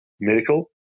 Medical